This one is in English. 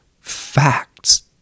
facts